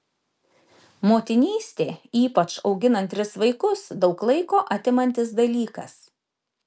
motinystė ypač auginant tris vaikus daug laiko atimantis dalykas